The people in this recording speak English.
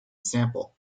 sample